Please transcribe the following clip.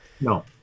No